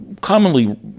commonly